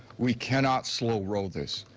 we cannot slow roll this.